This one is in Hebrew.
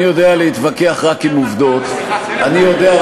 אני יודע להתווכח רק עם עובדות.